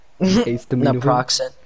Naproxen